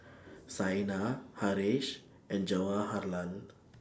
Saina Haresh and Jawaharlal